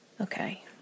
Okay